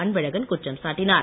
அன்பழகன் குற்றம் சாட்டினார்